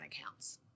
accounts